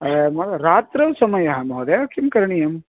अहं रात्रौ समयः महोदय किं करणीयं